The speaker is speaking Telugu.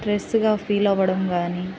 స్ట్రెస్గా ఫీల్ అవ్వడం కాని